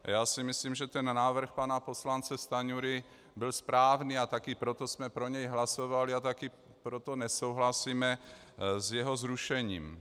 Já si myslím, že ten návrh pana poslance Stanjury byl správný, a taky proto jsme pro něj hlasovali a taky proto nesouhlasíme s jeho zrušením.